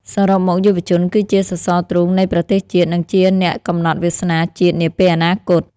សរុបមក យុវជនគឺជាសសរទ្រូងនៃប្រទេសជាតិ និងជាអ្នកកំណត់វាសនាជាតិនាពេលអនាគត។